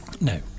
no